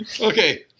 Okay